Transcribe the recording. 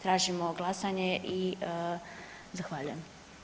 Tražimo glasanje i zahvaljujem.